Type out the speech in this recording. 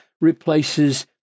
replaces